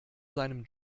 seinem